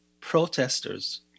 protesters